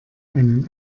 einen